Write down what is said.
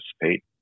participate